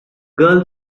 girl